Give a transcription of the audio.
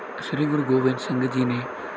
ਸ਼੍ਰੀ ਗੁਰੂ ਗੋਬਿੰਦ ਸਿੰਘ ਜੀ ਨੇ